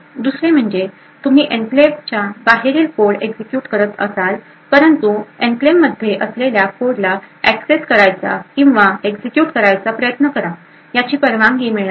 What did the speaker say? दुसरे म्हणजे जेव्हा तुम्ही एन्क्लेव्हच्या बाहेरील कोड एक्झिक्युट करत करत असाल परंतु एन्क्लेव्हमध्ये असलेल्या कोड ला एक्सेस करायचा किंवा एक्झिक्युट करायचा प्रयत्न करा याची परवानगी मिळणार नाही